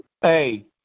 Hey